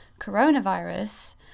coronavirus